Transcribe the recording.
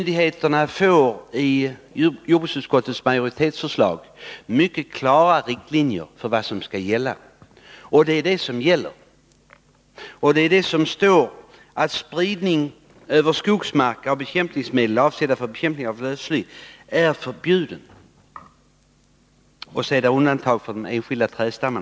De får genom jordbruksutskottets majoritetsförslag mycket klara riktlinjer för vad som skall gälla. Det står: ”Spridning över skogsmark av bekämpningsmedel, avsedda för bekämpning av lövsly, är förbjuden.” Sedan görs det undantag för behandling av enskilda trädstammar.